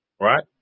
right